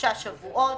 בשלושה שבועות.